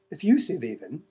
effusive even,